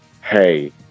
hey